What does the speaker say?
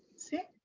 see?